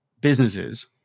businesses